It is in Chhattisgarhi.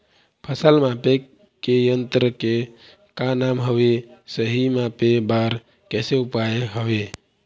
फसल मापे के यन्त्र के का नाम हवे, सही मापे बार कैसे उपाय हवे?